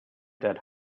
dead